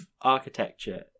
architecture